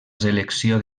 selecció